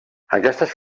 aquestes